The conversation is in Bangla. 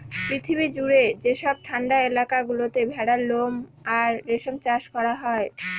পৃথিবী জুড়ে যেসব ঠান্ডা এলাকা গুলোতে ভেড়ার লোম আর রেশম চাষ করা হয়